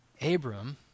Abram